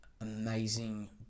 amazing